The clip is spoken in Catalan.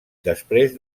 després